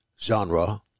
genre